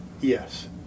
Yes